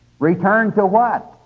return to what?